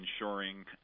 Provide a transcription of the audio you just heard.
ensuring